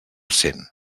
cent